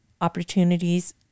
opportunities